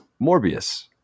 Morbius